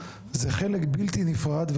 זה חלק בלתי נפרד.